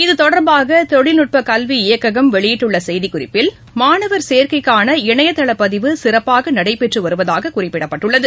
இதுதொடர்பாக தொழில் நட்பக் கல்வி இயக்ககம் வெளியிட்டுள்ள செய்திக்குறிப்பில் மாணவர் சேர்க்கைக்கான இணையதளப் பதிவு சிறப்பாக நடைபெற்று வருவதாக குறிப்பிடப்பட்டுள்ளது